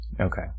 Okay